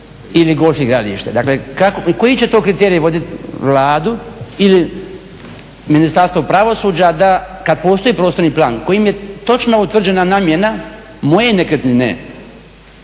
ili golf igralište? Koji će to kriteriji voditi Vladu ili Ministarstvo pravosuđa kada postoji prostorni plan kojim je točno utvrđena namjena moje nekretnine